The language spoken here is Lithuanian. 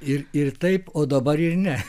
ir ir taip o dabar ir ne